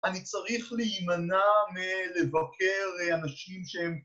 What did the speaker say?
‫אני צריך להימנע מלבקר ‫אנשים שהם...